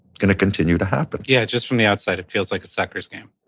gonna continue to happen. yeah, just from the outside it feels like a sucker's game.